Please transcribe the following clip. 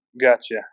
Gotcha